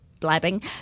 blabbing